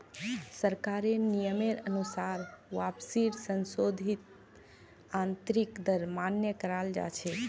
सरकारेर नियमेर अनुसार वापसीर संशोधित आंतरिक दर मान्य कराल जा छे